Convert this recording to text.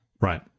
Right